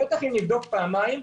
בטח אם נבדוק פעמיים,